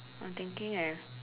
I'm thinking leh